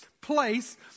place